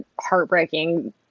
heartbreaking